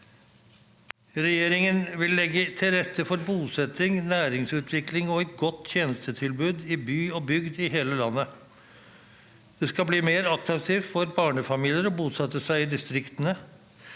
Regjeringen vil legge til rette for bosetting, næringsutvikling og et godt tjenestetilbud i by og bygd i hele landet. Det skal bli mer attraktivt for barnefamilier å bosette seg i distriktene.